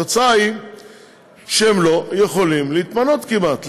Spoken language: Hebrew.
התוצאה היא שהם לא יכולים להתמנות כמעט.